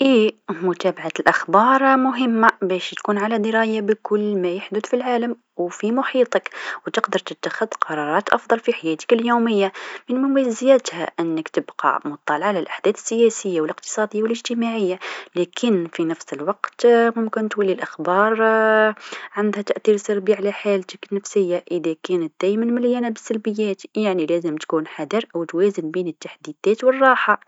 إيه متابعة الأخبار مهمه باش تكون عاى درايه بكل ما يحدث في العالم و في محيطك و تقدر تتخذ قرارات أفضل في حياتك اليوميه، من مميزاتها أنك تبقى مطلع الأحداث السياسيه و الإقتصاديه و الإجتماعيه لكن في نفس الوقت ممكن تولي الأخبار عندها تأثير سلبي على حالتك النفسيه إذا كانت دايما مليانه بالسلبيات، يعني لازم تكون حذر و توازن بين تحديثات و الراحه.